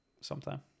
sometime